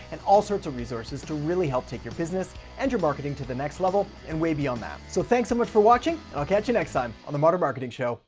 and all sorts of resources to really help take your business and your marketing to the next level and way beyond that. so thanks so much for watching. and i'll catch you next time on the modern marketing show.